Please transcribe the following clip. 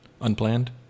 Unplanned